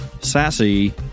sassy